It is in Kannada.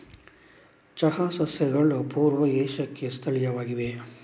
ಚಹಾ ಸಸ್ಯಗಳು ಪೂರ್ವ ಏಷ್ಯಾಕ್ಕೆ ಸ್ಥಳೀಯವಾಗಿವೆ